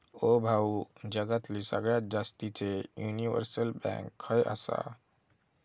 ओ भाऊ, जगातली सगळ्यात जास्तीचे युनिव्हर्सल बँक खय आसा